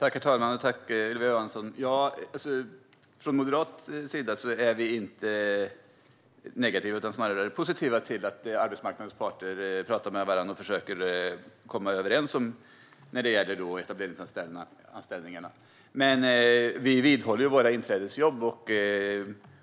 Herr talman! Tack, Ylva Johansson! Från moderat sida är vi inte negativa utan snarare positiva till att arbetsmarknadens parter pratar med varandra och försöker komma överens när det gäller etableringsanställningarna. Men vi vidhåller våra inträdesjobb.